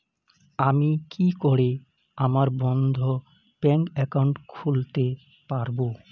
আমি কি করে আমার বন্ধ ব্যাংক একাউন্ট খুলতে পারবো?